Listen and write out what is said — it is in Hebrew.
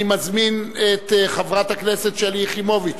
אני מזמין את חברת הכנסת שלי יחימוביץ